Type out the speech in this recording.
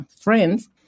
friends